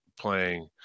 playing